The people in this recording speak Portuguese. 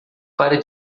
pare